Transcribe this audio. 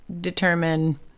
determine